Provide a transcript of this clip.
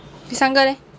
第三个 leh